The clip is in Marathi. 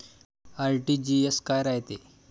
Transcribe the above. आर.टी.जी.एस काय रायते?